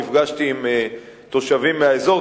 נפגשתי עם תושבים מהאזור.